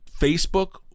Facebook